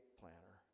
planner